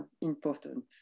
important